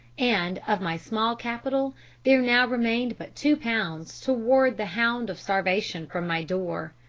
and of my small capital there now remained but two pounds to ward the hound of starvation from my door.